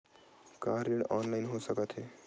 का ऋण ऑनलाइन हो सकत हे?